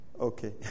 Okay